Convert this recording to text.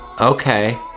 Okay